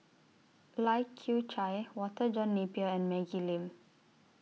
Lai Kew Chai Walter John Napier and Maggie Lim